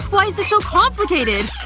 why is it so complicated?